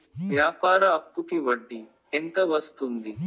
వ్యాపార అప్పుకి వడ్డీ ఎంత వస్తుంది?